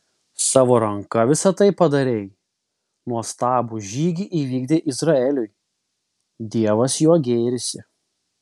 savo ranka visa tai padarei nuostabų žygį įvykdei izraeliui dievas juo gėrisi